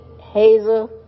Hazel